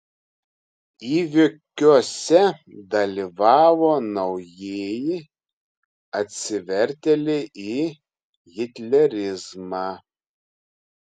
įvykiuose dalyvavo naujieji atsivertėliai į hitlerizmą